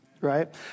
Right